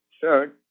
Third